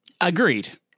Agreed